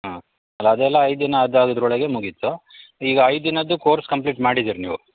ಹಾಂ ಅಲ್ಲ ಅದೆಲ್ಲ ಐದು ದಿನ ಅದಾಗುದರೊಳಗೆ ಮುಗಿತ್ತು ಈಗ ಐದು ದಿನದ್ದು ಕೋರ್ಸ್ ಕಂಪ್ಲೀಟ್ ಮಾಡಿದಿರ ನೀವು